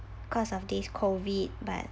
cause of this COVID but